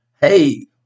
hey